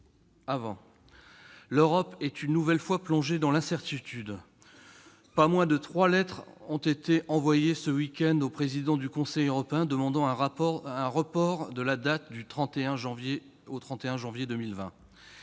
L'Europe est une nouvelle fois plongée dans l'incertitude. Pas moins de trois lettres ont été envoyées ce week-end au président du Conseil européen pour demander un report de la date de sortie au 31 janvier 2020.